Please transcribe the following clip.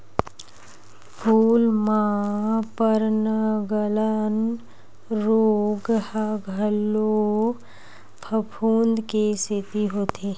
फूल म पर्नगलन रोग ह घलो फफूंद के सेती होथे